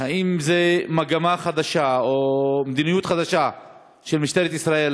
האם זאת מגמה חדשה או מדיניות חדשה של משטרת ישראל,